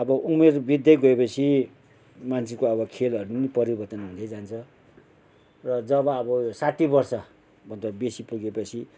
अब उमेर बित्दै गएपछि मान्छेको अब खेलहरू पनि परिवर्तन हुँदै जान्छ र जब अब साठी वर्षभन्दा बेसी पुगेपछि